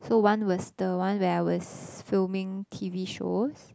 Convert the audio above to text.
so one was the one where I was filming T_V shows